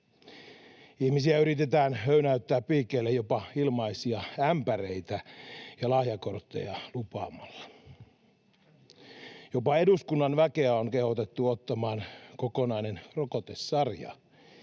Ihmisiä yritetään höynäyttää piikeille jopa ilmaisia ämpäreitä ja lahjakortteja lupaamalla. Jopa eduskunnan väkeä on kehotettu ottamaan kokonainen rokotesarja,